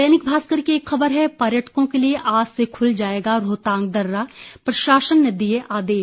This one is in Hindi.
दैनिक भास्कर की एक खबर है पर्यटकों के लिए आज से खुल जाएगा रोहतांग दर्रा प्रशासन ने दिए आदेश